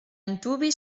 antuvi